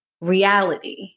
reality